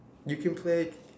you can play